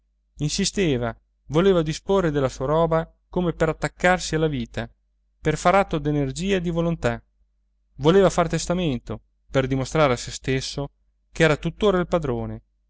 insisteva voleva disporre della sua roba come per attaccarsi alla vita per far atto d'energia e di volontà voleva far testamento per dimostrare a sè stesso ch'era tuttora il padrone